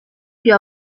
più